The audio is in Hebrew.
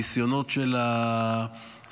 הניסיונות של האוצר,